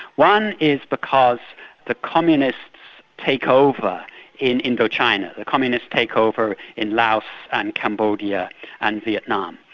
one is because the communists take over in indo china. the communists take over in laos and cambodia and vietnam,